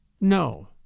No